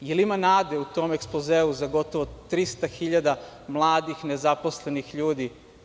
Da li ima nade u tom ekspozeu za gotovo 300 hiljada mladih nezaposlenih ljudi?